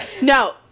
No